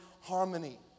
harmony